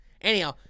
Anyhow